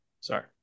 Sorry